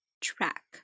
track